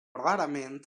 rarament